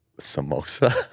Samosa